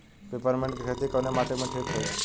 Peppermint के खेती कवने माटी पे ठीक होई?